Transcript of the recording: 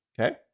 Okay